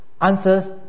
Answers